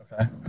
Okay